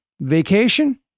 vacation